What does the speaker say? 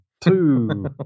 two